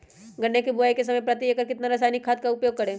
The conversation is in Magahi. गन्ने की बुवाई के समय प्रति एकड़ कितना रासायनिक खाद का उपयोग करें?